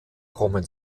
kommen